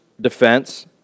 defense